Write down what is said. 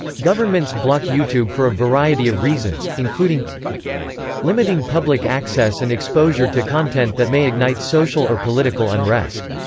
governments block youtube for a variety of reasons, including limiting public access and exposure to content that may ignite social or political unrest.